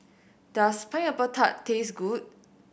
does Pineapple Tart taste good